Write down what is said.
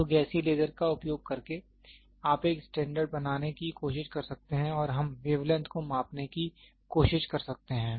तो गैसीय लेजर का उपयोग करके आप एक स्टैंडर्ड बनाने की कोशिश कर सकते हैं और हम वेवलेंथ को मापने की कोशिश कर सकते हैं